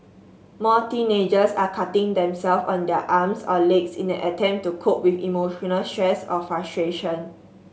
more teenagers are cutting them self on their arms or legs in an attempt to cope with emotional stress or frustration